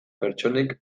pertsonek